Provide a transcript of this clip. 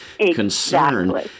concern